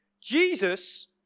Jesus